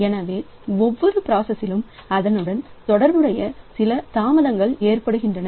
எனவே ஒவ்வொரு பிராசஸ்சிலும் அதனுடன் தொடர்புடைய சில தாமதங்கள் ஏற்படுகின்றன